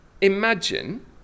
imagine